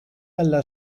alla